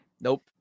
nope